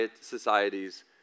societies